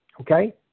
okay